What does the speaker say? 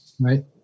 Right